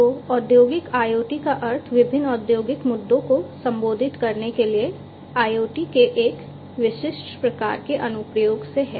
तो औद्योगिक IoT का अर्थ विभिन्न औद्योगिक मुद्दों को संबोधित करने के लिए IoT के एक विशिष्ट प्रकार के अनुप्रयोग से है